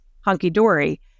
hunky-dory